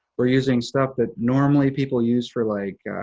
we're using stuff that normally people use for, like,